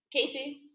Casey